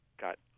got